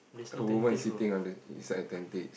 a woman sitting inside a